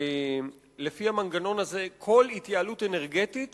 לפי המנגנון הזה, כל התייעלות אנרגטית